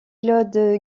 claude